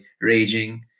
raging